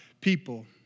people